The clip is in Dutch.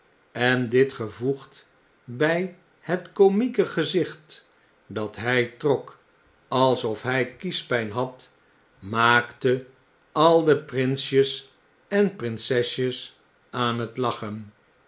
en dit gevoegd bjj het komieke gezicht dat hy trok alsof hij kiespjjn had maakte al de prinsjes en prinsesjes aan het lachen